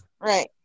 Right